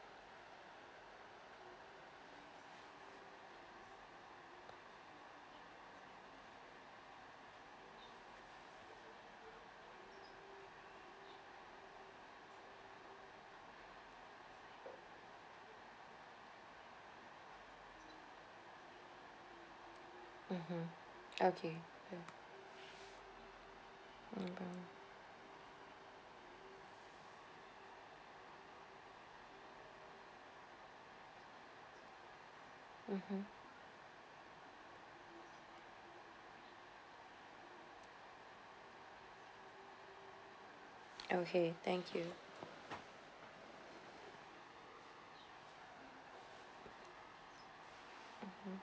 mmhmm okay ya mmhmm okay thank you mmhmm